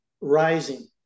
rising